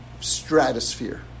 stratosphere